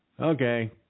Okay